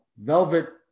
Velvet